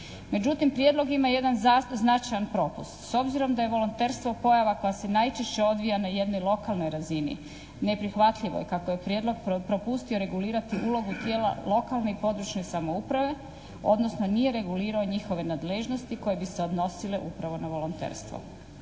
Međutim, prijedlog ima jedan značajan propust. S obzirom da je volonterstvo pojava koja se najčešće odvija na jednoj lokalnoj razini neprihvatljivoj kako je prijedlog propustio regulirati ulogu tijela lokalne i područne samouprave odnosno nije regulirao njihove nadležnosti koje bi se odnosile upravo na volonterstvo.